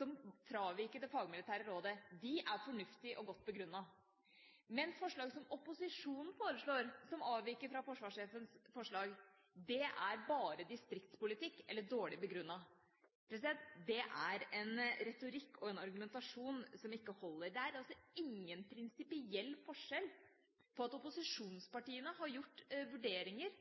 som fraviker det fagmilitære rådet, er fornuftige og godt begrunnet, mens forslag som opposisjonen foreslår, som avviker fra forsvarssjefens forslag, bare er distriktspolitikk eller er dårlig begrunnet. Det er en retorikk og en argumentasjon som ikke holder. Det er ingen prinsipiell forskjell når opposisjonspartiene har gjort vurderinger